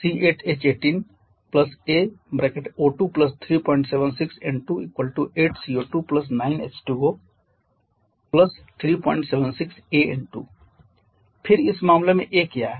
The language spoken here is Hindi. C8H18 a O2 376 N2 🡪8 CO2 9 H2O 376 a N2 फिर इस मामले में a क्या है